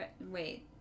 Wait